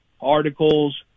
articles